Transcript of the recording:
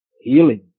Healing